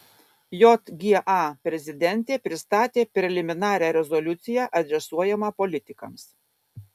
jga prezidentė pristatė preliminarią rezoliuciją adresuojamą politikams